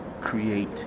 create